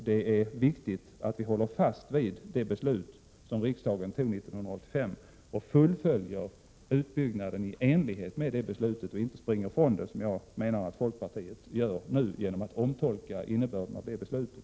Det är viktigt att vi håller fast vid det beslut som riksdagen tog 1985, fullföljer utbyggnaden i enlighet med det beslutet och inte springer ifrån det, vilket jag menar att folkpartiet gör nu genom att omtolka innebörden av beslutet.